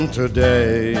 today